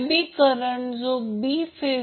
87 o येथे लिहिले आहे